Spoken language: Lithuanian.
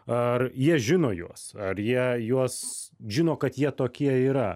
ar jie žino juos ar jie juos žino kad jie tokie yra